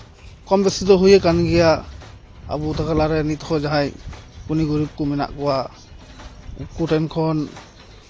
ᱠᱚᱢ ᱵᱮᱥᱤ ᱫᱚ ᱦᱩᱭ ᱟᱠᱟᱱ ᱜᱮᱭᱟ ᱟᱵᱚ ᱛᱟᱞᱟᱨᱮ ᱱᱤᱛ ᱦᱚᱸ ᱡᱟᱦᱟᱸᱭ ᱜᱩᱱᱤ ᱜᱩᱨᱤᱵᱽ ᱠᱚ ᱢᱮᱱᱟᱜ ᱠᱚᱣᱟ ᱩᱱᱠᱩ ᱴᱷᱮᱱ ᱠᱷᱚᱱ